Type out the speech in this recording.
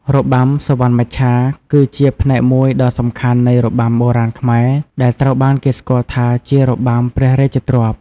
របាំសុវណ្ណមច្ឆាគឺជាផ្នែកមួយដ៏សំខាន់នៃ របាំបុរាណខ្មែរ ដែលត្រូវបានគេស្គាល់ថាជារបាំព្រះរាជទ្រព្យ។